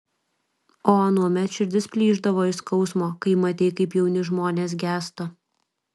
o anuomet širdis plyšdavo iš skausmo kai matei kaip jauni žmonės gęsta